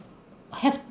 have